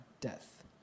death